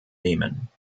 nehmen